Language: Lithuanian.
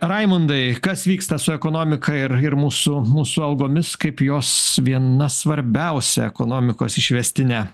raimundai kas vyksta su ekonomika ir ir mūsų mūsų algomis kaip jos viena svarbiausia ekonomikos išvestine